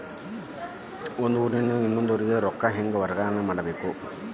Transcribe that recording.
ಒಂದ್ ಊರಿಂದ ಇನ್ನೊಂದ ಊರಿಗೆ ರೊಕ್ಕಾ ಹೆಂಗ್ ವರ್ಗಾ ಮಾಡ್ಬೇಕು?